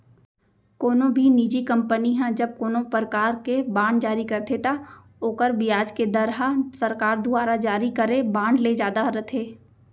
कोनो भी निजी कंपनी ह जब कोनों परकार के बांड जारी करथे त ओकर बियाज के दर ह सरकार दुवारा जारी करे बांड ले जादा रथे